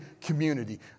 community